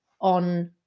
on